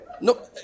no